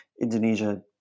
Indonesia